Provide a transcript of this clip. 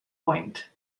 point